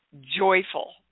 joyful